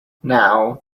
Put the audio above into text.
now